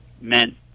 meant